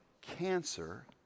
cancer